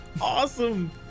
Awesome